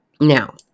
Now